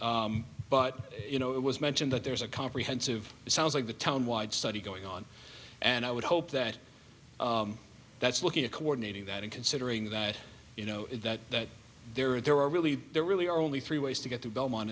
but you know it was mentioned that there's a comprehensive it sounds like the town wide study going on and i would hope that that's looking at coordinating that and considering that you know is that there are there are really there really are only three ways to get through belmont